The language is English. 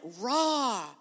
raw